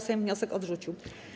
Sejm wniosek odrzucił.